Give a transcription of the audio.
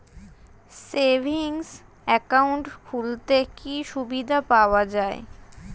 Savings account খুললে কি সুবিধা পাওয়া যায়?